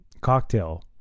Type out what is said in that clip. cocktail